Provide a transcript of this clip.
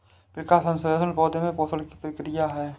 प्रकाश संश्लेषण पौधे में पोषण की प्रक्रिया है